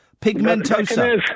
pigmentosa